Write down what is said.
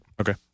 Okay